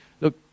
Look